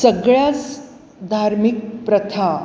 सगळ्याच धार्मिक प्रथा